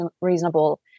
reasonable